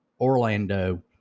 Orlando